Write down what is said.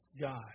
God